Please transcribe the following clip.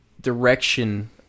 direction